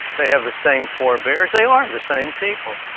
they have the same forebearers. they are the same people.